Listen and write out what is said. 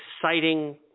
exciting